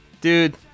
dude